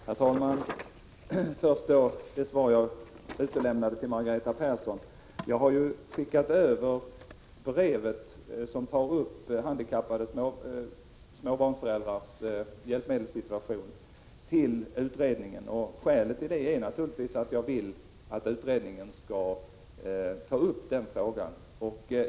Herr talman! Först det svar som jag inte tidigare lämnade till Margareta Persson: Jag har skickat över brevet som tar upp de handikappade 27 småbarnsföräldrarnas hjälpmedelssituation till utredningen. Skälet till detta är naturligtvis att jag vill att frågan tas upp i utredningen.